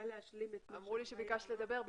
אמרו לי שביקשת לדבר.